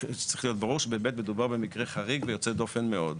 זה צריך להיות ברור שבאמת מדובר במקרה חריג ויוצא דופן מאוד.